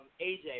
AJ